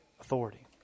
authority